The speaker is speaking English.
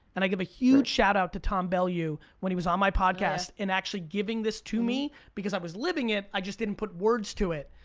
and i give a huge shout out to tom bellu when he was on my podcast, and actually giving this to me because i was living it, i just didn't put words to it.